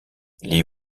les